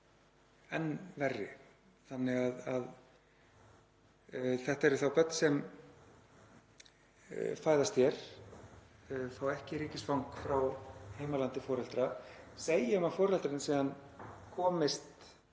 enn verri. Þannig að þetta eru börn sem fæðast hér en fá ekki ríkisfang frá heimalandi foreldra. Segjum að foreldrarnir komist